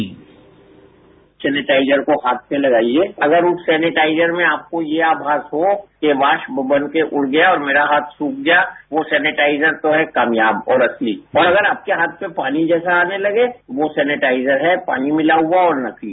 sound bite sanitiser को हाथ पे लगाइये हाथ पे मलिए अगर उस सेनेटाइजर में आपको ये आमास हो कि वाष्य बन के उड़ गया और मेरा हाथ सूख गया वह सेनेटाइजर तो है कामयाब और असली और अगर आपके हाथ में पानी जैसा आने लगे तो वह सेनेटाइजर है पानी मिला हुआ और नकली